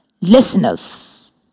Listeners